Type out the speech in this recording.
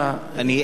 אין לי,